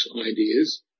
ideas